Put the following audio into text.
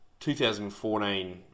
2014